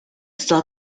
still